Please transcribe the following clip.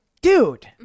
dude